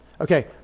Okay